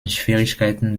schwierigkeiten